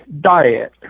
diet